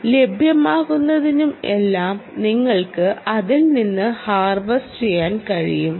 താപനില വ്യത്യാസം ലഭ്യമാകുന്നിടത്തെല്ലാം നിങ്ങൾക്ക് അതിൽ നിന്ന് ഹാർവെസ്റ്റ് ചെയ്യാൻ കഴിയും